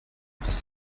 hast